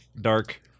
dark